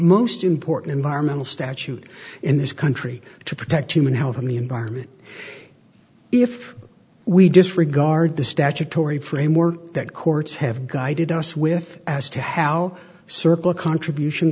most important environmental statute in this country to protect human health and the environment if we disregard the statutory framework that courts have guided us with as to how circle contribution